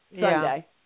Sunday